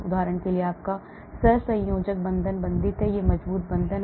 उदाहरण के लिए आपका सहसंयोजक बंधन बंधित है एक मजबूत बंधन है